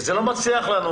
בדרך כלל זה לא מצליח לנו.